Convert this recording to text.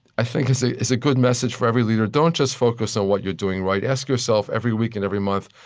i think, is a is a good message for every leader don't just focus on what you're doing right. ask yourself, every week and every month,